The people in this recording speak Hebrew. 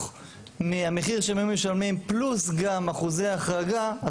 מהמחיר שהם היו משלמים פלוס גם אחוזי החרגה,